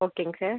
ஓகேங்க சார்